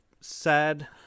sad